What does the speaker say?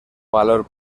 valor